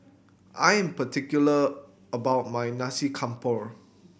I am particular about my Nasi Campur